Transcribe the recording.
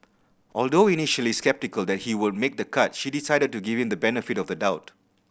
although initially sceptical that he would make the cut she decided to give him the benefit of the doubt